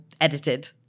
edited